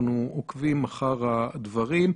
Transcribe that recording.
אנחנו עוקבים אחר הדברים.